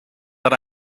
that